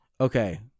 Okay